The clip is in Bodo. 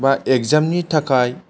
बा एगजामनि थाखाय